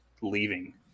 leaving